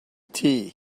tea